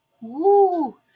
Woo